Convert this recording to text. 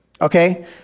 Okay